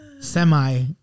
semi